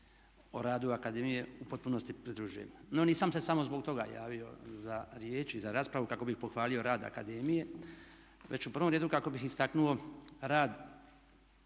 o radu akademije u potpunosti pridružujem. No, nisam se samo zbog toga javio za riječ i za raspravu kako bi pohvalio rad akademije, već u prvom redu kako bih istaknuo rad